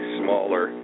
smaller